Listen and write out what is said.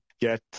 get